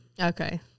Okay